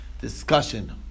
discussion